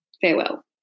farewell